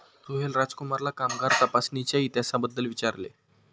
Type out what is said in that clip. सोहेल राजकुमारला कामगार तपासणीच्या इतिहासाबद्दल विचारले